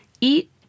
eat